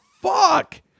fuck